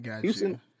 Houston